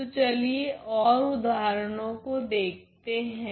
तो चलिए ओर उदाहरणों को देखते है